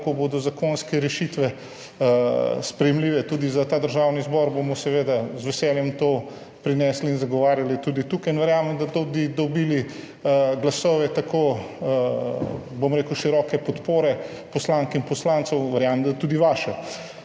da ko bodo zakonske rešitve sprejemljive tudi za Državni zbor, bomo seveda z veseljem to prinesli in zagovarjali tudi tukaj, in verjamem, da tudi dobili glasove, bom rekel, široke podpore poslank in poslancev. Verjamem, da tudi vaše.